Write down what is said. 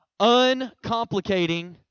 Uncomplicating